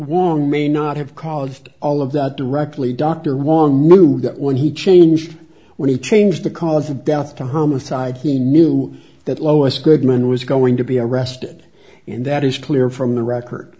may not have caused all of that directly dr wong that when he changed when he changed the cause of death to homicide he knew that lois goodman was going to be arrested and that is clear from the record